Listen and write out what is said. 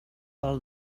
bol